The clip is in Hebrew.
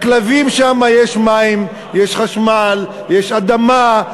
לכלבים שם יש מים, יש חשמל, יש אדמה.